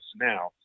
now